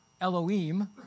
Elohim